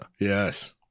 Yes